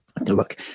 look